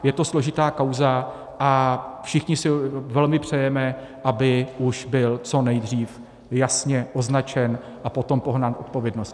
Je to složitá kauza a všichni si velmi přejeme, aby už byl co nejdřív jasně označen a potom pohnán k odpovědnosti.